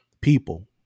people